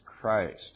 Christ